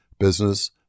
business